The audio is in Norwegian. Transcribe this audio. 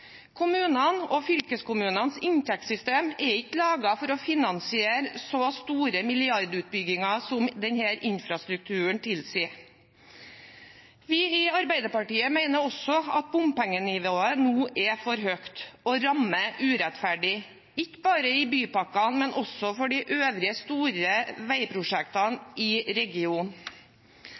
og fylkeskommunenes inntektssystem er ikke laget for å finansiere så store milliardutbygginger som denne infrastrukturen tilsier. Vi i Arbeiderpartiet mener også at bompengenivået nå er for høyt og rammer urettferdig, ikke bare i bypakkene, men også for de øvrige store veiprosjektene i regionen.